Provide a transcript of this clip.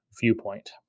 viewpoint